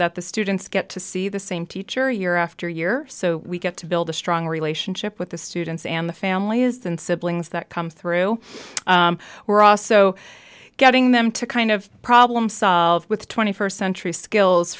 that the students get to see the same teacher year after year so we get to build a stronger relationship with the students and the family is than siblings that come through we're also getting them to kind of problem solve with twenty first century skills